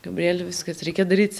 gabriele viskas reikia daryt